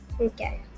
Okay